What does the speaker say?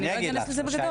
ואני לא אכנס לזה בגדול.